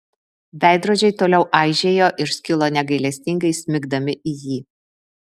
veidrodžiai toliau aižėjo ir skilo negailestingai smigdami į jį